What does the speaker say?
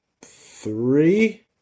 three